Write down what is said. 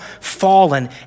fallen